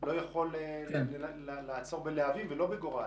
לא יכול לעצור בלהבים ולא בגורל?